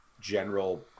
general